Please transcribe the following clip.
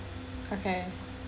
okay